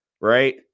right